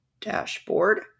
Dashboard